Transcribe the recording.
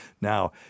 Now